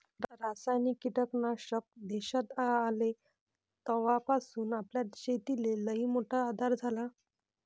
रासायनिक कीटकनाशक देशात आले तवापासून आपल्या शेतीले लईमोठा आधार झाला